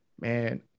man